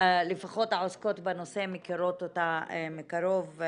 לפחות העוסקות בנושא, מכירות אותה מקרוב.